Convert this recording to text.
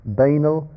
banal